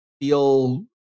feel